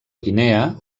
guinea